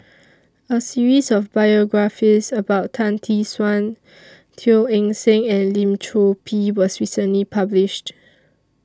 A series of biographies about Tan Tee Suan Teo Eng Seng and Lim Chor Pee was recently published